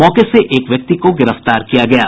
मौके से एक व्यक्ति को गिरफ्तार किया गया है